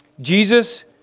Jesus